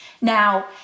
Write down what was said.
now